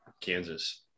Kansas